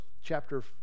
chapter